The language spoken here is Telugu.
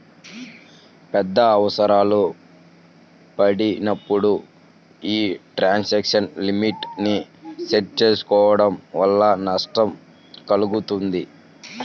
పెద్ద అవసరాలు పడినప్పుడు యీ ట్రాన్సాక్షన్ లిమిట్ ని సెట్ చేసుకోడం వల్ల నష్టం కల్గుతుంది